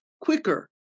quicker